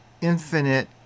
infinite